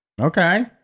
Okay